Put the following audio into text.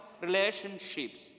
relationships